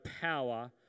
power